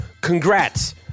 Congrats